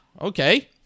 okay